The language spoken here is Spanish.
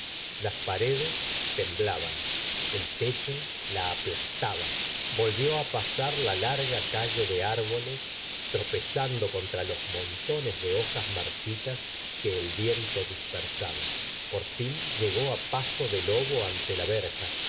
las paredes temblaban el techo la aplastaba volvió á pasar la larga calle deárboles tropezando contra los montones de hojas marchitas que el viento dispersaba por fin llegó á paso de lobo ante la verja